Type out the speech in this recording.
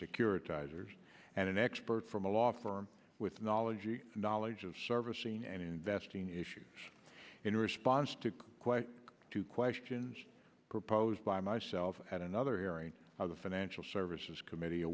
securitize ers and an expert from a law firm with knowledge knowledge of servicing and investing issues in response to question two questions proposed by myself and another hearing of the financial services committee a